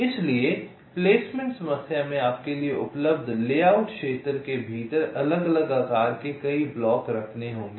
इसलिए प्लेसमेंट समस्या में आपके लिए उपलब्ध लेआउट क्षेत्र के भीतर अलग अलग आकार के कई ब्लॉक रखने होंगे